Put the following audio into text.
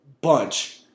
bunch